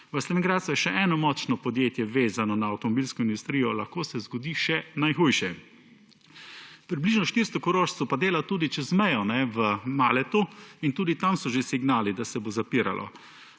V Slovenj Gradcu je še eno močno podjetje vezano na avtomobilsko industrijo, lahko se zgodi še najhujše. Približno 400 Korošcev pa dela tudi čez mejo v Mahleju in tudi tam so že signali, da se bo zmanjševalo.